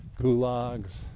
Gulags